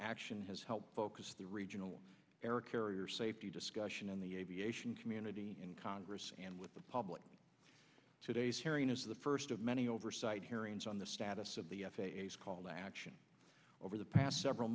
action has helped focus the regional air carrier safety discussion in the aviation community in congress and with the public today's hearing is the first of many oversight hearings on the status of the f a a scald action over the past several